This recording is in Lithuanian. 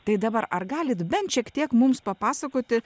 tai dabar ar galite bent šiek tiek mums papasakoti